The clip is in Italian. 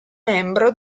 membro